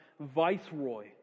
viceroy